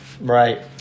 Right